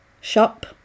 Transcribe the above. shop